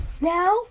now